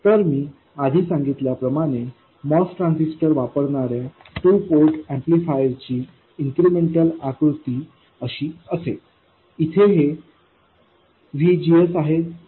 तर मी आधी सांगितल्याप्रमाणे MOS ट्रान्झिस्टर वापरणार्या टु पोर्ट एम्पलीफायरची इन्क्रिमेंटल आकृती अशी असेल इथे हे VGSआहे